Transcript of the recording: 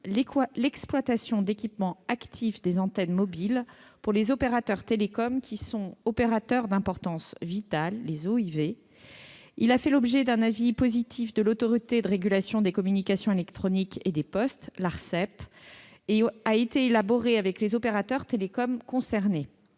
l'exploitation d'équipements actifs des antennes mobiles pour les opérateurs télécoms qui sont considérés comme des opérateurs d'importance vitale, dits OIV. Il a fait l'objet d'un avis positif de l'Autorité de régulation des communications électroniques et des postes, l'ARCEP, et a été élaboré avec les opérateurs télécoms concernés.